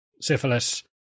syphilis